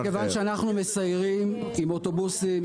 מכיוון שאנחנו מסיירים עם אוטובוסים,